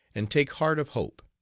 and take heart of hope.